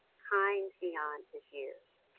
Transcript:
kind beyond his years.